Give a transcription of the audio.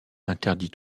interdit